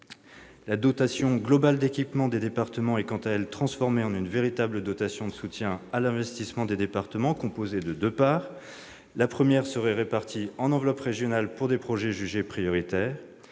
La dotation globale d'équipement des départements est quant à elle transformée en une véritable dotation de soutien à l'investissement des départements, composée de deux parts : la première serait répartie en enveloppes régionales pour des projets jugés prioritaires